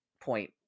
point